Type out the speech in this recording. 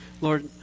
Lord